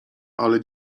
ale